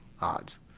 odds